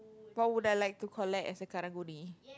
why would I like to collect as a karang-guni